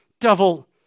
devil